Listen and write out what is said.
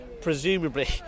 presumably